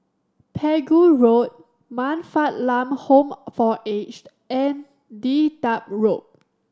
Pegu Road Man Fatt Lam Home for Aged and Dedap Road